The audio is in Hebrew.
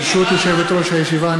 ברשות יושבת-ראש הישיבה,